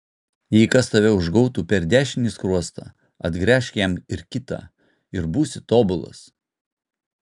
jei kas tave užgautų per dešinį skruostą atgręžk jam ir kitą ir būsi tobulas